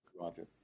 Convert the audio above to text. Roger